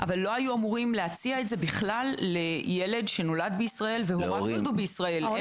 לא היו אמורים להציע את זה לילד שנולד בישראל והוריו נולדו בישראל.